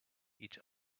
each